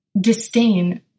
disdain